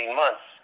months